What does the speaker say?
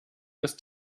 ist